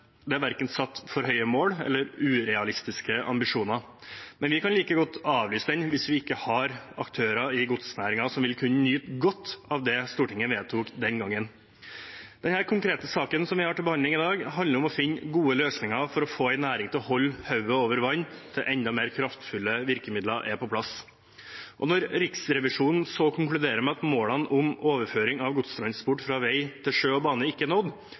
Det er verken satt for høye mål eller urealistiske ambisjoner. Men vi kan like godt avlyse den hvis vi ikke har aktører i godsnæringen som vil kunne nyte godt av det Stortinget vedtok den gangen. Denne konkrete saken vi har til behandling i dag, handler om å finne gode løsninger for å få en næring til å holde hodet over vann til enda mer kraftfulle virkemidler er på plass. Når Riksrevisjonen så konkluderer med at målene om overføring av godstransport fra vei til sjø og bane ikke er nådd,